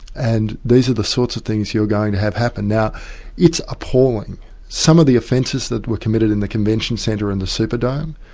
and these are the sorts of things you are going to have happen. now it's appalling some of the offences that were committed in the convention centre and the superdome,